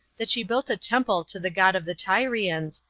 that she built a temple to the god of the tyrians,